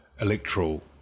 electoral